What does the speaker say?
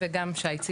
וגם שי כבר